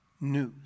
news